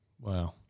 Wow